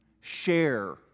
share